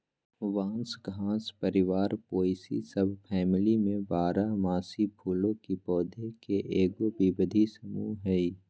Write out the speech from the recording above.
बांस घास परिवार पोएसी सबफैमिली में बारहमासी फूलों के पौधा के एगो विविध समूह हइ